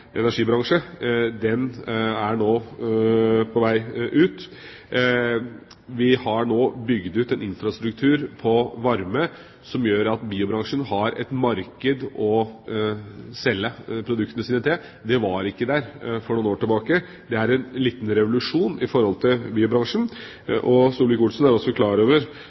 Den er nå på vei ut. Vi har nå bygd ut en infrastruktur for varme, som fører til at biobransjen har et marked å selge produktene sine til. Det var ikke der for noen år tilbake. Det er en liten revolusjon i forhold til biobransjen, og Solvik-Olsen er også klar over